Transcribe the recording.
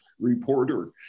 reporter